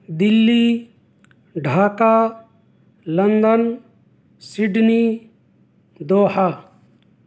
Delhi Dhaka London Sydney Doha